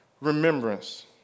remembrance